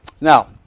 Now